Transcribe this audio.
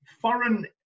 foreign